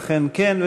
אכן כן.